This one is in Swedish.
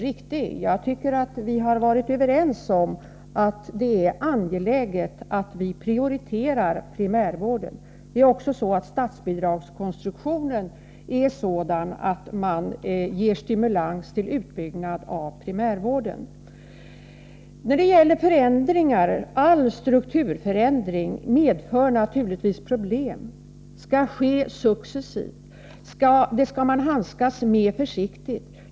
Vi har emellertid varit överens om att det är angeläget att prioritera primärvården. Statsbidragskonstruktionen är också sådan att man ger stimulans till utbyggnad av primärvården. All strukturförändring medför naturligtvis problem och skall ske successivt. Förändringar skall man handskas med försiktigt.